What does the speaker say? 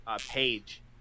page